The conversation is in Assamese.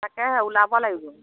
তাকেহে ওলাব লাগিব